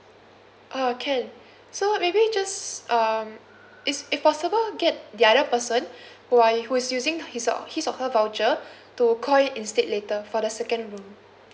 uh can so maybe just um is if possible get the other person who are who is using his or his or her voucher to call in~ instead later for the second room